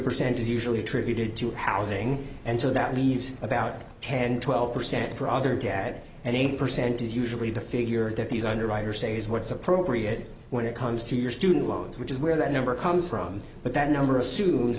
percent is usually attributed to housing and so that leaves about ten twelve percent for other dad and eight percent is usually the figure that these underwriter say is what's appropriate when it comes to your student loans which is where that number comes from but that number assumes